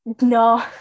no